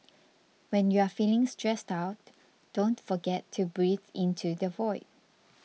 when you are feeling stressed out don't forget to breathe into the void